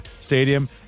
stadium